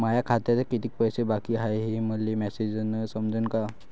माया खात्यात कितीक पैसे बाकी हाय हे मले मॅसेजन समजनं का?